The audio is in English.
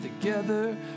together